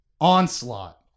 Onslaught